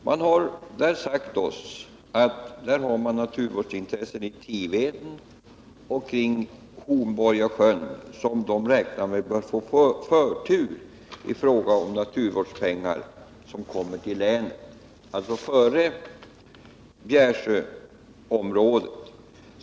Man har sagt oss att Tiveden och Hornborgasjön bör få förtur i fråga om naturvårdspengar som kommer till länet; de bör alltså komma före Bjärsjöområdet.